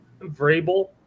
Vrabel